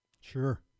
Sure